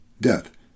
death